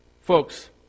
Folks